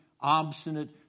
obstinate